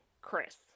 Chris